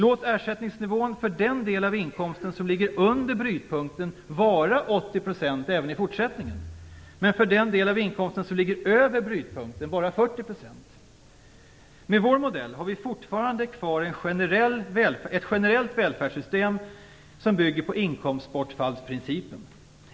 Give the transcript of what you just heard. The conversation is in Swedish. Låt ersättningsnivån för den del av inkomsten som ligger under brytpunkten vara 80 % även i fortsättningen, men bara 40 % för den del av inkomsten som ligger över brytpunkten. Med vår modell har vi fortfarande kvar ett generellt välfärdssystem som bygger på inkomstbortfallsprincipen.